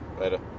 Later